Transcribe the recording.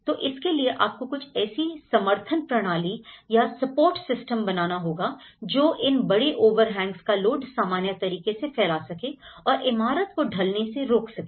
तो इसके लिए आपको कुछ ऐसी समर्थन प्रणाली या सपोर्ट सिस्टम बनाना होगा जो इन बड़े overhangs का लोड सामान्य तरीके से फैला सके और इमारत को ढलने से रोक सकें